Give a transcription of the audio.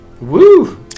Woo